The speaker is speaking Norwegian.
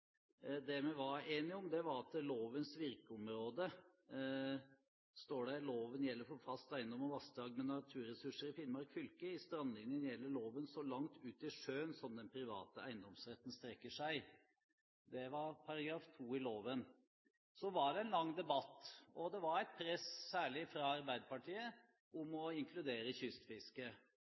vi ble enige om den gangen. Det vi var enige om, var lovens virkeområde, § 2: «Loven gjelder for fast eiendom og vassdrag med naturressurser i Finnmark fylke. I strandlinjen gjelder loven så langt ut i sjøen som den private eiendomsretten strekker seg.» Så var det en lang debatt, og det var et press, særlig fra Arbeiderpartiet, om å inkludere kystfisket.